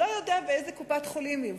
לא יודע באיזו קופת-חולים הוא.